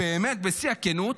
באמת בשיא הכנות,